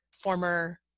former